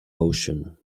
ocean